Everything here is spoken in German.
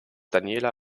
daniela